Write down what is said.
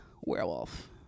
werewolf